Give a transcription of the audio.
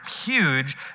huge